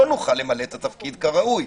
לא נוכל למלא את התפקיד כראוי.